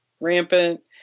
rampant